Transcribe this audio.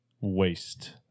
waste